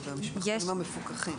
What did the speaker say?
לגבי המשפחתונים המפוקחים,